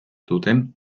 duten